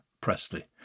Presley